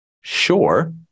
Sure